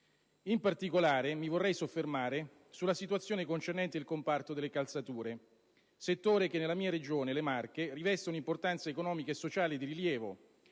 In particolare, mi vorrei soffermare sulla situazione concernente il comparto delle calzature, settore che nella mia Regione - le Marche - riveste un'importanza economica e sociale di rilievo,